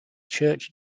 church